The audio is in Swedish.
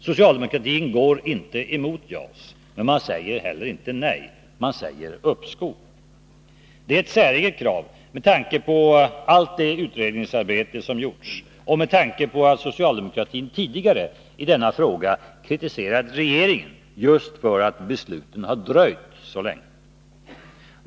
Socialdemokratin går inte emot JAS. Men man säger inte heller ja. Man säger uppskov. Det är ett säreget krav med tanke på allt det utredningsarbete som gjorts och med tanke på att socialdemokratin tidigare i denna fråga kritiserat regeringen just för att besluten har dröjt så länge.